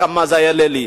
כמה זה יעלה לי?